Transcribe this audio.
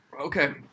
Okay